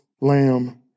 lamb